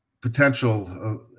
Potential